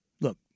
look